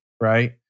right